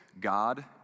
God